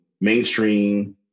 mainstream